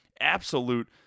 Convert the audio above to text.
absolute